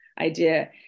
idea